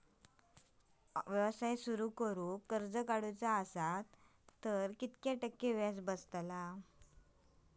व्यवसाय सुरु करूक कर्ज काढूचा असा तर किती टक्के व्याज बसतला?